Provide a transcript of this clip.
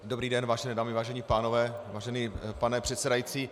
Dobrý den, vážené dámy, vážení pánové, vážený pane předsedající.